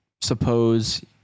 suppose